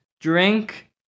drink